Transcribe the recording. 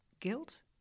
Guilt